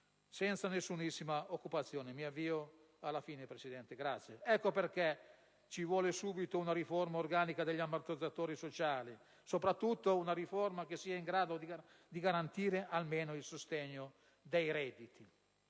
senza nessunissima occupazione. Ecco perché ci vuole subito una riforma organica degli ammortizzatori sociali; soprattutto una riforma che sia in grado di garantire almeno il sostegno dei redditi.